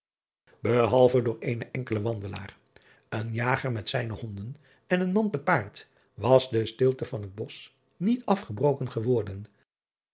ehalve door eenen enkelen wandelaar een jager met zijne honden en een man te paard was de stilte van het osch niet afgebroken geworden